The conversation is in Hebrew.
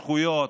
זכויות.